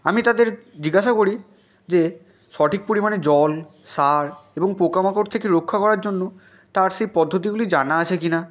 আমি তাদের জিজ্ঞাসা করি যে সঠিক পরিমাণে জল সার এবং পোকা মাকড় থেকে রক্ষা করার জন্য তার সেই পদ্ধতিগুলি জানা আছে কিনা